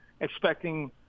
expecting